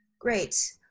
Great